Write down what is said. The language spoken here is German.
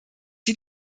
sie